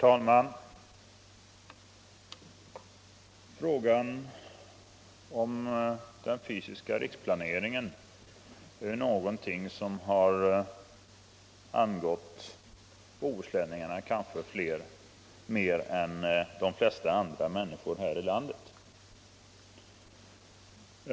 Herr talman! Den fysiska riksplaneringen är någonting som har angått bohuslänningarna mer än de flesta andra människor här i landet.